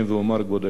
כבוד היושב-ראש,